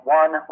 one